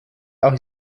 auch